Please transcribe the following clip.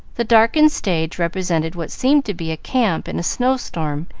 the darkened stage represented what seemed to be a camp in a snow-storm,